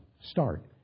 Start